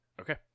Okay